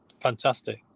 fantastic